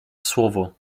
słowo